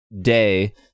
Day